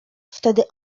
wtedy